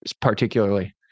particularly